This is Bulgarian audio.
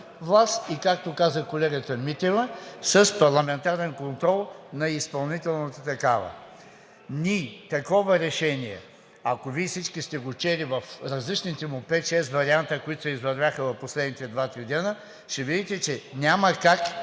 власт, и както каза колегата Митева, с парламентарен контрол на изпълнителната такава, ние такова решение, ако Вие всички сте го чели в различните му пет, шест варианта, които се извървяха в последните два, три дена, ще видите, че няма как